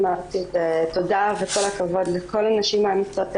הארצית הוא תודה וכל הכבוד לכל הנשים האמיצות האלה,